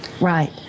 Right